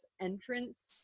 entrance